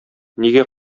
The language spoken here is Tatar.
нигә